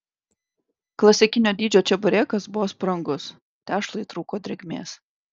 klasikinio dydžio čeburekas buvo sprangus tešlai trūko drėgmės